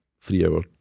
three-hour